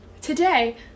today